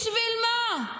בשביל מה?